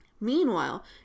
Meanwhile